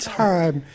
time